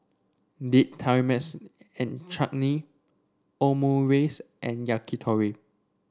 Date Tamarind Chutney Omurice and Yakitori